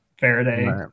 Faraday